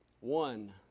One